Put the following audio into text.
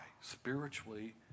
spiritually